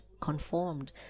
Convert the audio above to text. conformed